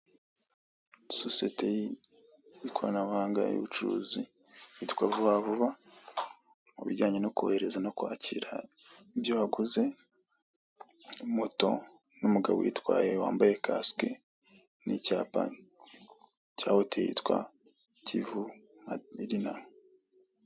Sisiyete y'ikoranabuhanga y'ubucuruzi yitwa VubaVuba mu bijyanye no kohereza no kwakira ibyo waguze, moto n'umugabo uyitwaye wambaye kasike n'icyapa cya hoteli cyitwa Kivu Ma Mirina.